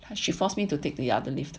and she forced me to take the other lift